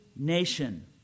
Nation